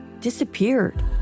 disappeared